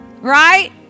Right